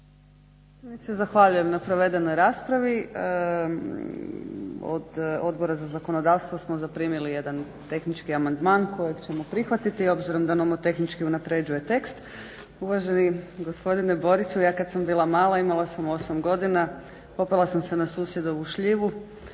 Zahvaljujem na provedenoj raspravi. Od Odbora za zakonodavstvo smo zaprimili jedan tehnički amandman kojeg ćemo prihvatiti, obzirom da nomotehnički unapređuje tekst. Uvaženi gospodine Boriću, ja kad sam bila mala, imala sam 8 godina, popela sam se na susjedovu šljivu,